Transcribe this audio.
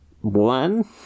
One